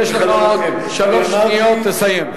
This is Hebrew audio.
יש לך עוד שלוש שניות, תסיים.